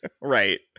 Right